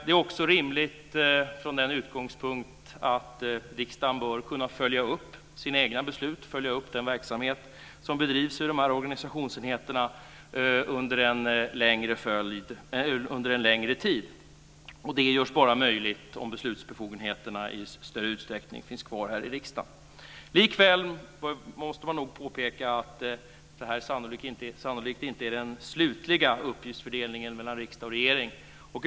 Från den utgångspunkten är det också rimligt att riksdagen bör kunna följa upp sina egna beslut och den verksamhet som bedrivs vid de här organisationsenheterna under en längre tid. Det görs bara möjligt om beslutsbefogenheterna i större utsträckning finns kvar här i riksdagen. Likväl måste man nog påpeka att det här sannolikt inte är den slutliga uppgiftsfördelningen mellan riksdag och regering.